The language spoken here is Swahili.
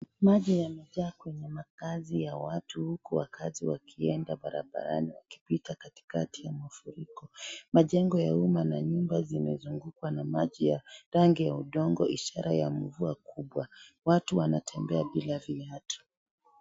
Maji wamejaa kwenye makazi ya watu huku wakaaji wakienda barabarani wakipita katikati ya mafuriko. Majengo ya umma na nyumba zimezungukwa na maji ya rangi ya udongo ishara ya mvua kubwa. Watu wanatembea bila viatu.